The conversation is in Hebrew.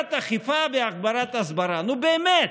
הגברת האכיפה והגברת ההסברה, נו, באמת.